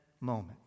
moment